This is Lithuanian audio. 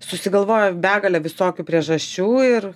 susigalvoja begalę visokių priežasčių ir